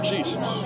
Jesus